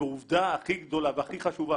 והעובדה הכי גדולה והכי חשובה,